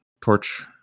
torch